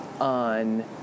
on